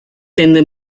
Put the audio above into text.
tende